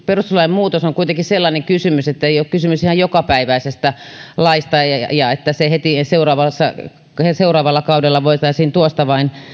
perustuslain muutos on kuitenkin sellainen kysymys että ei ole kysymys ihan jokapäiväisestä laista niin että se heti seuraavalla kaudella voitaisiin tuosta vain